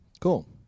cool